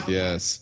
yes